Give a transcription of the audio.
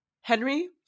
Henry